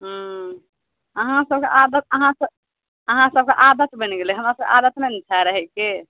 हूँ अहाँ सबके आदत अहाँ अहाँ सबके आदत बनि गेलै हमरा सबके आदत नहि ने छै रहैके